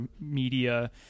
media